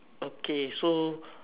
okay so